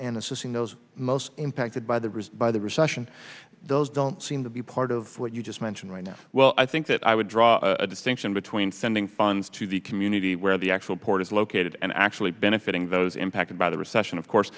and assisting those most impacted by the rich by the recession those don't seem to be part of what you just mentioned right now well i think that i would draw a distinction between sending funds to the community where the actual port is located and actually benefiting those impacted by the recession of course